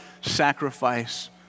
sacrifice